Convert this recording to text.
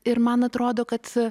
ir man atrodo kad